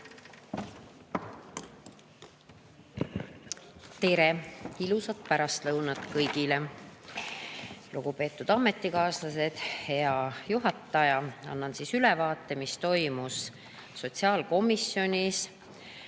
Tere! Ilusat pärastlõunat kõigile! Lugupeetud ametikaaslased! Hea juhataja! Annan ülevaate, mis toimus sotsiaalkomisjonis